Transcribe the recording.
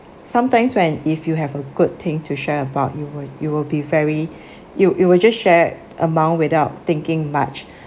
sometimes when if you have a good thing to share about you will you will be very you you will just share among without thinking much